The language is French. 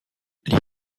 les